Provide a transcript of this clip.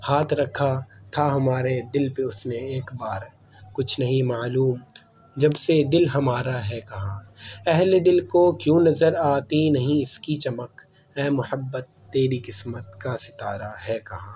ہاتھ رکھا تھا ہمارے دل پہ اس نے ایک بار کچھ نہیں معلوم جب سے دل ہمارا ہے کہاں اہل دل کو کیوں نظر آتی نہیں اس کی چمک اے مہبت تیری قسمت کا ستارہ ہے کہاں